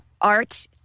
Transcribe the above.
art